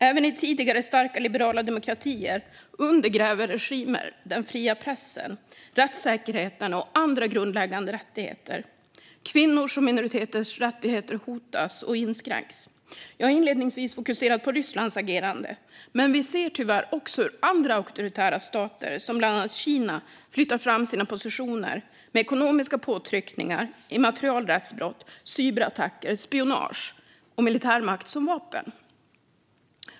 Även i tidigare starka liberala demokratier undergräver regimer den fria pressen, rättssäkerheten och andra grundläggande rättigheter. Kvinnors och minoriteters rättigheter hotas och inskränks. Jag har inledningsvis fokuserat på Rysslands agerande, men vi ser tyvärr också hur andra auktoritära stater som Kina flyttar fram sina positioner med ekonomiska påtryckningar, immaterialrättsbrott, cyberattacker, spionage och militärmakt som vapen.